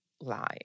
lie